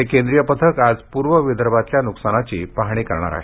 हे केंद्रीय पथक आज पूर्व विदर्भातल्या नुकसानाची पाहणी करणार आहे